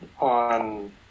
on